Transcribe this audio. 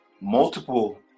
multiple